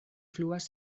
fluas